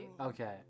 Okay